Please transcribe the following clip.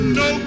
no